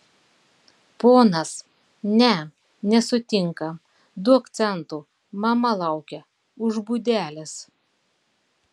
ponas ne nesutinka duok centų mama laukia už būdelės